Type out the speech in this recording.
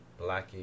Blackie